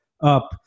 up